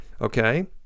okay